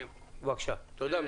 בבקשה.